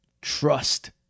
trust